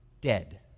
dead